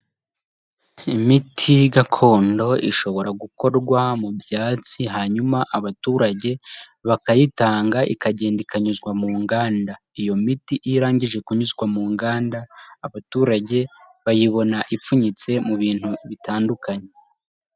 Imiti gakondo ishobora gukorwa mu byatsi hanyuma abaturage bakayitanga ikagenda ikanyuzwa mu nganda, iyo miti iyo irangije kunyuzwa mu nganda, abaturage bayibona ipfunyitse mu bintu bitandukanye.